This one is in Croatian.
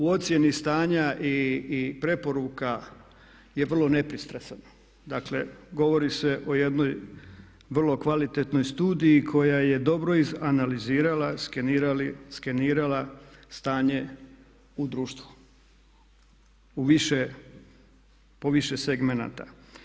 U ocjeni stanja i preporuka je vrlo nepristrasan, dakle govori se o jednoj vrlo kvalitetnoj studiji koja je dobro izanalizirala, skenirala stanje u društvu, u više, po više segmenata.